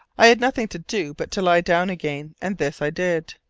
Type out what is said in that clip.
i had nothing to do but to lie down again, and this i did.